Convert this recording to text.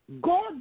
God